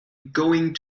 going